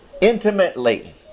intimately